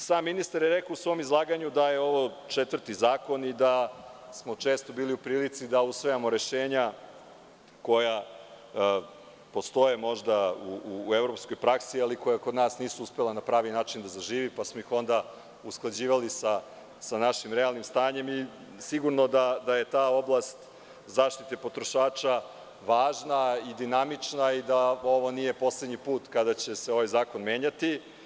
Sam ministar je rekao u svom izlaganju da je ovo četvrti zakon i da smo često bili u prilici da usvajamo rešenja koja postoje možda u evropskoj praksi, ali koja kod nas nisu uspela na pravi način da zažive, pa smo ih onda usklađivali sa našim realnim stanjem i sigurno da je ta oblast zaštite potrošača važna i dinamična i da ovo nije poslednji put kada će se ovaj zakon menjati.